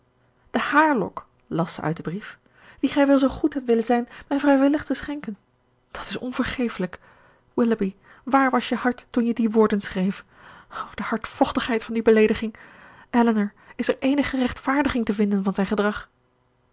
de haarlok las zij uit den brief die gij wel zoo goed hebt willen zijn mij vrijwillig te schenken dat is onvergefelijk willoughby waar was je hart toen je die woorden schreef o de hardvochtigheid van die beleediging elinor is er eenige rechtvaardiging te vinden van zijn gedrag